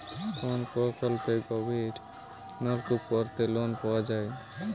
কোন প্রকল্পে গভির নলকুপ করতে লোন পাওয়া য়ায়?